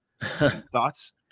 Thoughts